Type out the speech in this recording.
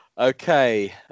Okay